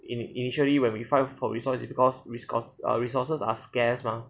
ini~ initially when we fight for resources is because is cause err resources are scarce mah